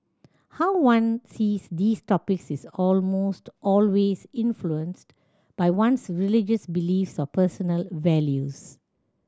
how one sees these topics is almost always influenced by one's religious beliefs or personal values